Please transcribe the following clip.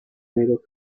mero